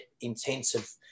intensive